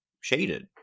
shaded